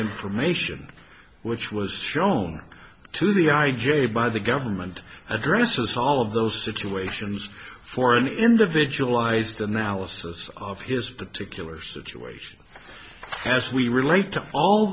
information which was shown to the i j a by the government addresses all of those situations for an individual ised analysis of his particular situation as we relate to all